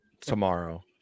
tomorrow